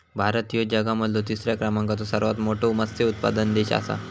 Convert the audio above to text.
भारत ह्यो जगा मधलो तिसरा क्रमांकाचो सर्वात मोठा मत्स्य उत्पादक देश आसा